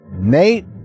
Nate